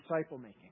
disciple-making